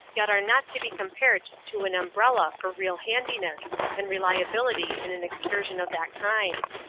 yet are not to be compared to an umbrella for real handiness and reliability in an excursion of that kind.